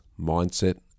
mindset